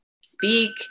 speak